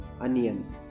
Onion